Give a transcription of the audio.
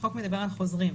החוק מדבר על חוזרים,